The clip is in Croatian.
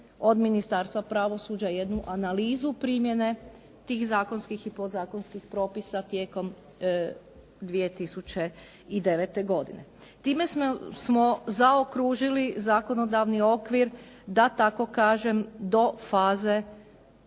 od Ministarstva pravosuđa jednu analizu primjene tih zakonskih i podzakonskih propisa tijekom 2009. godine. Time smo zaokružili zakonodavni okvir da tako kažem do faze